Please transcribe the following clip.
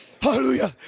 Hallelujah